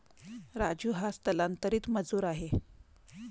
राजू हा स्थलांतरित मजूर आहे